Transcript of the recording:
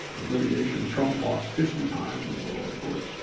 litigation, trump lost fifty times in the lower court.